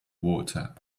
water